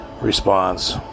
response